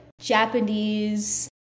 Japanese